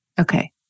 Okay